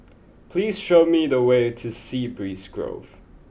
please show me the way to Sea Breeze Grove